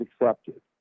accepted